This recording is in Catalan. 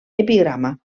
epigrama